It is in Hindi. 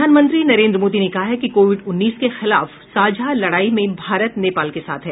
प्रधानमंत्री नरेन्द्र मोदी ने कहा है कि कोविड उन्नीस के खिलाफ साझा लड़ाई में भारत नेपाल के साथ है